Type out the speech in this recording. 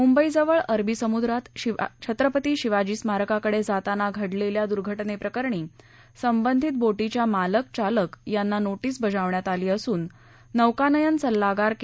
मुंबईजवळ अरबी समुद्रात छत्रपती शिवाजी स्मारकाकडे जाताना घडलेल्या दुर्घटनेप्रकरणी संबंधित बोटीच्या मालक चालक याना नोटिस बजावण्यात आली असून नौकानयन सल्लागार के